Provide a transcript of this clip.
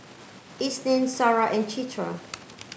Isnin Sarah and Citra